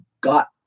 got